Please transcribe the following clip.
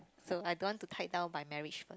so I don't want to tie down by marriage